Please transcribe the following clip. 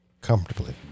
Comfortably